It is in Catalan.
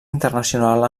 internacional